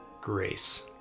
grace